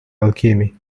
alchemy